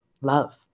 love